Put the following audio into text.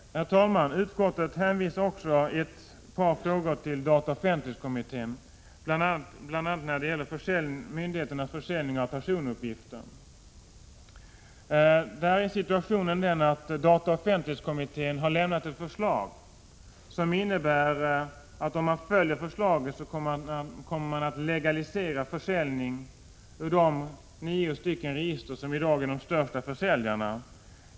Herr talman! Utskottet hänvisar i ett par frågor till dataoch offentlighetskommittén, bl.a. när det gäller myndigheternas försäljning av personuppgifter. Situationen är den att dataoch offentlighetskommittén har lämnat ett förslag som innebär att man legaliserar försäljningen ur de nio register som i dag är de största försäljarna.